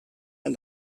and